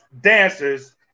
dancers